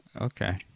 Okay